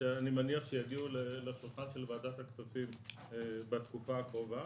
שאני מניח שיגיעו לשולחן של ועדת הכספים בתקופה הקרובה.